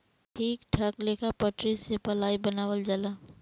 ठीक ठाक लेखा पटरी से पलाइ बनावल जाला